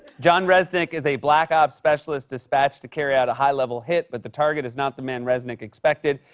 jon reznick is a black ops specialist dispatched to carry out a high-level hit, but the target is not the man reznick expected.